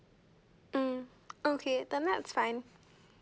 mm okay is fine